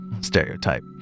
stereotype